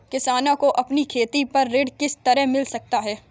किसानों को अपनी खेती पर ऋण किस तरह मिल सकता है?